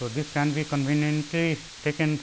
this can be conveniently taken